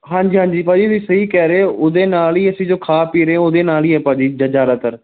ਹਾਂਜੀ ਹਾਂਜੀ ਭਾਅ ਜੀ ਤੁਸੀਂ ਸਹੀ ਕਹਿ ਰਹੇ ਹੋ ਉਹਦੇ ਨਾਲ ਹੀ ਅਸੀਂ ਜੋ ਖਾ ਪੀ ਰਹੇ ਉਹਦੇ ਨਾਲ ਹੀ ਹੈ ਭਾਅ ਜੀ ਜ ਜਿਆਦਾਤਰ